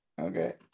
okay